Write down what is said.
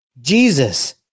Jesus